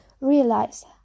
realize